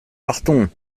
partons